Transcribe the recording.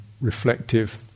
reflective